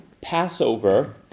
Passover